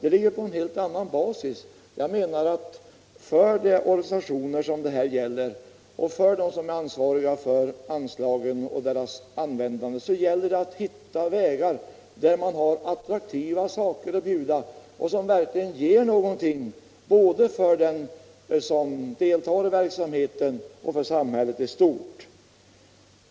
Enligt min mening gäller det att hjälpa ungdomsorganisationerna och de som är ansvariga för hur anslagen skall användas att finna attraktiva saker att erbjuda ungdomen. saker som verkligen ger utbyte åt både dem som deltar i verksamheten och samhället i stort.